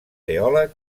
teòleg